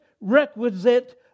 requisite